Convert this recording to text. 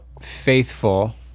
faithful